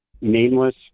nameless